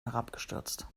herabgestürzt